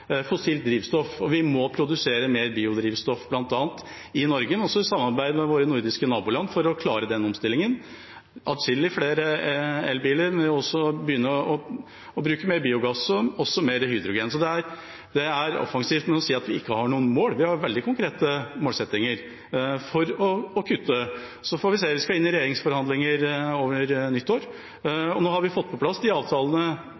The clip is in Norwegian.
fossilt drivstoff. Vi må bl.a. produsere mer biodrivstoff i Norge, også i samarbeid med våre nordiske naboland, for å klare den omstillingen. Atskillig flere elbiler må vi også begynne å bruke, og vi må bruke mer biogass og hydrogen. Så det er offensivt. Når man sier at vi ikke har noen mål – vi har veldig konkrete målsettinger for å kutte. Så får vi se. Vi skal inn i regjeringsforhandlinger over nyttår. Vi er i ferd med å få på plass avtalene